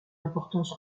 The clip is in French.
importance